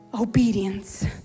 Obedience